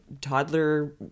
toddler